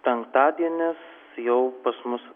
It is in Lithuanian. penktadienis jau pas mus